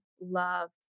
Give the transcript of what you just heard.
loved